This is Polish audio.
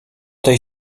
tej